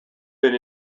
been